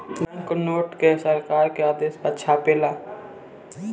bank note के सरकार के आदेश पर छापाला